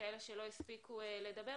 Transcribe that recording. כאלה שלא הספיקו לדבר.